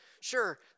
sure